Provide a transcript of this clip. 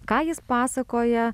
ką jis pasakoja